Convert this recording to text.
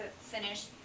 finish